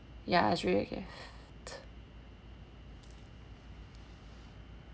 ya is really a gift